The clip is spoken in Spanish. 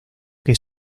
que